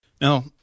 Now